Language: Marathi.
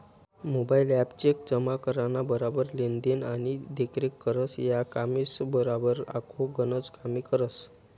मोबाईल ॲप चेक जमा कराना बराबर लेन देन आणि देखरेख करस, या कामेसबराबर आखो गनच कामे करस